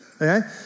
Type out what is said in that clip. Okay